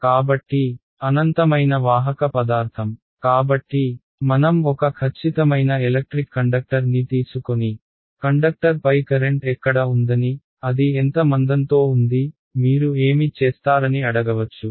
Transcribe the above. కాబట్టి అనంతమైన వాహక పదార్థం కాబట్టి మనం ఒక ఖచ్చితమైన ఎలక్ట్రిక్ కండక్టర్ని తీసుకొని కండక్టర్పై కరెంట్ ఎక్కడ ఉందని అది ఎంత మందంతో ఉంది మీరు ఏమి చేస్తారని అడగవచ్చు